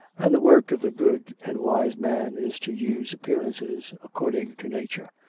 and the work of the good and wise man is to use appearances according to nature.